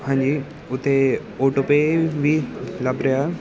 ਹਾਂਜੀ ਉਤੇ ਓਟੋਪੇਅ ਵੀ ਲੱਭ ਰਿਹਾ